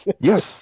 Yes